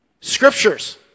scriptures